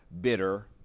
bitter